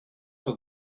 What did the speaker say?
for